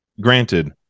Granted